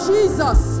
Jesus